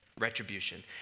Retribution